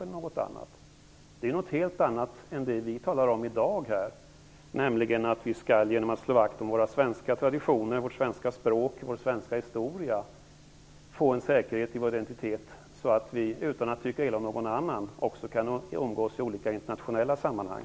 Det är något helt annat än det vi talar om i dag, nämligen att vi genom att slå vakt om våra svenska traditioner, vårt svenska språk och vår svenska historia skall få en säkerhet i vår identitet så att vi utan att tycka illa om någon annan också kan umgås i olika internationella sammanhang.